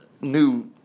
new